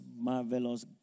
marvelous